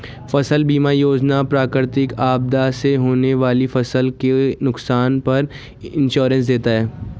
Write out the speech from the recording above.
फसल बीमा योजना प्राकृतिक आपदा से होने वाली फसल के नुकसान पर इंश्योरेंस देता है